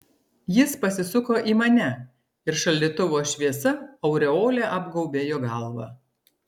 jis pasisuko į mane ir šaldytuvo šviesa aureole apgaubė jo galvą